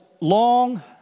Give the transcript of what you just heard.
long